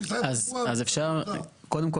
שאפשרו לו